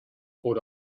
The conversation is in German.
wurde